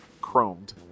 chromed